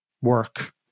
work